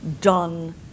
done